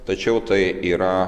tačiau tai yra